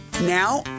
Now